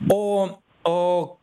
o o